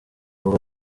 rwego